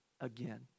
again